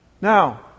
Now